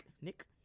nick